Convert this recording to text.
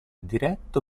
diretto